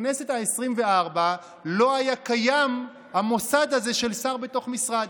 בכנסת העשרים-וארבע לא היה קיים המוסד הזה של שר בתוך משרד,